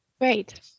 Great